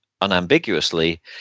unambiguously